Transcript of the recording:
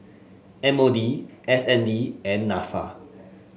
M O D S N D and NAFA